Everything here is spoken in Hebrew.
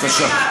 בבקשה.